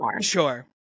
Sure